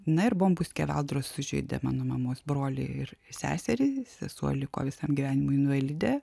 na ir bombų skeveldros sužeidė mano mamos brolį ir seserį sesuo liko visam gyvenimui invalidė